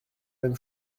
même